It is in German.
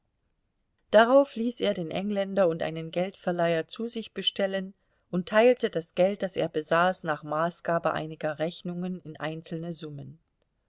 darauf ließ er den engländer und einen geldverleiher zu sich bestellen und teilte das geld das er besaß nach maßgabe einiger rechnungen in einzelne summen